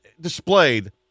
displayed